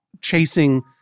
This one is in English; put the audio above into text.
chasing